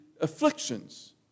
afflictions